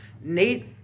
Nate